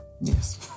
Yes